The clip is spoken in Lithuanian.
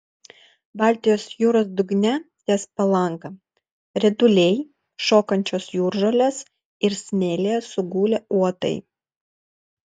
baltijos jūros dugne ties palanga rieduliai šokančios jūržolės ir smėlyje sugulę uotai